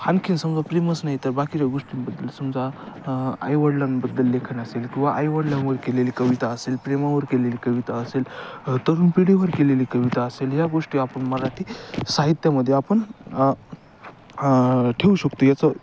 आणखी समजा प्रेमच नाही तर बाकीच्या गोष्टींबद्दल समजा आईवडिलांबद्दल लेखन असेल किंवा आईवडिलांवर केलेली कविता असेल प्रेमावर केलेली कविता असेल तरुण पिढीवर केलेली कविता असेल ह्या गोष्टी आपण मराठी साहित्यामध्ये आपण ठेवू शकतो याचं